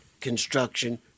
Construction